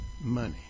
money